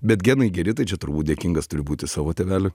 bet genai geri tai čia turbūt dėkingas turiu būti savo tėveliu